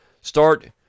start